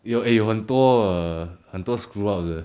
有 eh 有很多 err 很多 screw ups leh